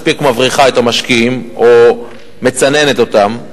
ומצד שני היא לא מספיק מבריחה את המשקיעים או מצננת אותם.